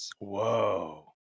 Whoa